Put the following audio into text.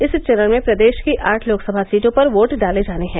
इस चरण में प्रदेश की आठ लोकसभा सीटों पर वोट डाले जाने हैं